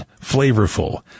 flavorful